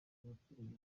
abaturage